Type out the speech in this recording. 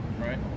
right